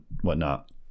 whatnot